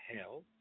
hell